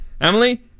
Emily